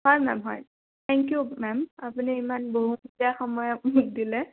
হয় মেম হয় thank you ma'am আপুনি ইমান বহুমূলীয়া সময় মোক দিলে